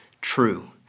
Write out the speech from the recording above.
true